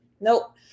nope